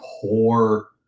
poor